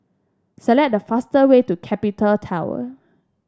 select the faster way to Capital Tower